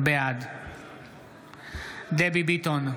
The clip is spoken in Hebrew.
בעד דבי ביטון,